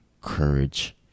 courage